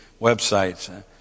websites